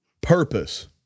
Purpose